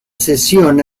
sesión